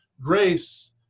grace